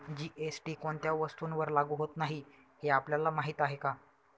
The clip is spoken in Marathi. जी.एस.टी कोणत्या वस्तूंवर लागू होत नाही हे आपल्याला माहीत आहे का?